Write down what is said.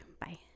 Bye